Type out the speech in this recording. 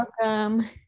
welcome